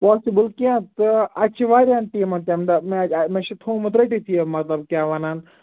possible کیٚنٛہہ تہٕ اَتہِ چھِ واریاہَن ٹیٖمَن تَمہِ دۄہ میچ مےٚ چھُ تھوٚومُت رٔٹِتھ یہِ مطلب کیٛاہ وَنان